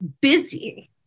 busy